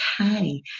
okay